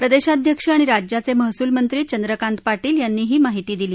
प्रदेशाध्यक्ष आणि राज्याचे महसूलमंत्री चंद्रकांत पाटील यांनी ही माहिती दिली